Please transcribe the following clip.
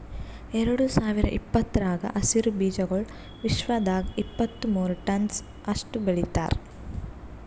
ಎರಡು ಸಾವಿರ ಇಪ್ಪತ್ತರಾಗ ಹಸಿರು ಬೀಜಾಗೋಳ್ ವಿಶ್ವದಾಗ್ ಇಪ್ಪತ್ತು ಮೂರ ಟನ್ಸ್ ಅಷ್ಟು ಬೆಳಿತಾರ್